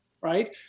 Right